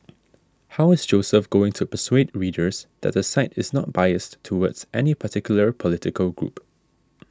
how is Joseph going to persuade readers that the site is not biased towards any particular political group